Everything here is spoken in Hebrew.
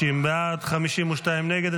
60 בעד, 52 נגד.